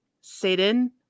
satan